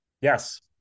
Yes